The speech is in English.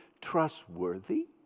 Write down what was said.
trustworthy